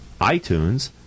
iTunes